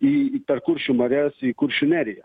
į per kuršių marias į kuršių neriją